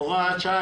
הוראת שעה,